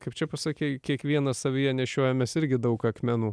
kaip čia pasakei kiekvienas savyje nešiojamės irgi daug akmenų